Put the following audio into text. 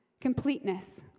completeness